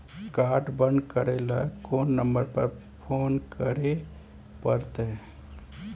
Card बन्द करे ल कोन नंबर पर फोन करे परतै?